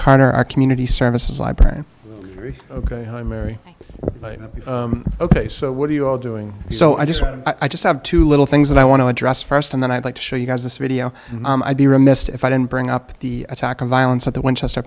connor our community services library ok mary ok so what are you all doing so i just i just have two little things that i want to address first and then i'd like to show you guys this video i'd be remiss if i didn't bring up the attack of violence at the winchester